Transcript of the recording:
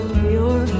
pure